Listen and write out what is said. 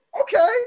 okay